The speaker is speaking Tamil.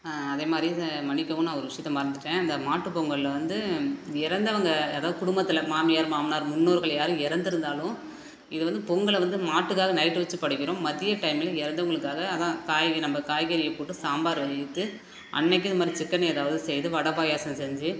அதே மாதிரி இந்த மன்னிக்கவும் நான் ஒரு விஷயத்த மறந்துவிட்டேன் இந்த மாட்டு பொங்கலில் வந்து இறந்தவங்கள் அதாவது குடும்பத்தில் மாமியார் மாமனார் முன்னோர்கள் யாரும் இறந்து இருந்தாலும் இது வந்து பொங்கலை வந்து மாட்டுக்காக நைட்டு வெச்சு படைக்கிறோம் மதிய டைமில் இறந்தவங்களுக்காக அதுதான் காய்கறி நம்ப காய்கறியை போட்டு சாம்பார் வைத்து அன்றைக்கும் இது மாதிரி சிக்கன் ஏதாவது செய்து வடை பாயாசம் செஞ்சு